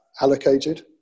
allocated